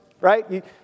right